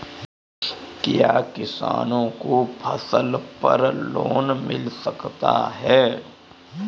क्या किसानों को फसल पर लोन मिल सकता है?